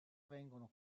vengono